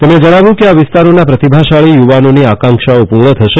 તેમણે જણાવ્યું કે આ વિસ્તારોના પ્રતિભાશાળી યુવાનોની આકાંક્ષાઓ પૂર્ણ થશે